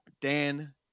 Dan